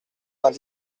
vingt